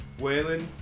Waylon